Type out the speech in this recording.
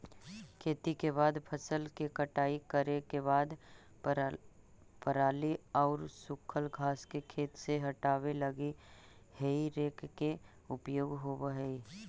खेती के बाद फसल के कटाई करे के बाद पराली आउ सूखल घास के खेत से हटावे लगी हेइ रेक के उपयोग होवऽ हई